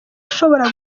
ashobora